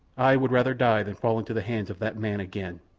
i would rather die than fall into the hands of that man again.